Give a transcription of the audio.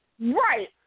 Right